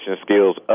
skills